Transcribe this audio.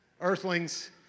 Earthlings